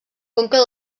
conca